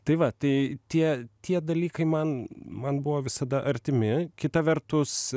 tai va tai tie tie dalykai man man buvo visada artimi kita vertus